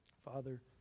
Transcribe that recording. Father